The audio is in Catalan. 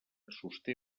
sosté